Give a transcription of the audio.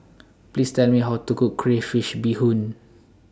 Please Tell Me How to Cook Crayfish Beehoon